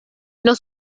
los